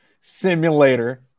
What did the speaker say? simulator